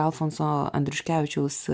alfonso andriuškevičiaus